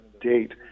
date